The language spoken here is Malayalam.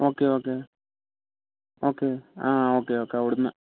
ഓക്കെ ഓക്കെ ഓക്കെ ആ ഓക്കെ ഓക്കെ അവിടുന്ന്